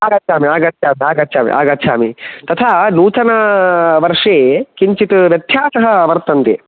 आगच्छामि आगच्छामि आगच्छामि आगच्छामि तथा नूतन वर्षे किञ्चित् व्यत्यासः वर्तन्ते